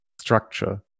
Structure